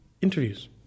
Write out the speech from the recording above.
interviews